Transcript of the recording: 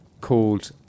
called